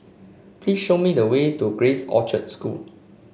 please show me the way to Grace Orchard School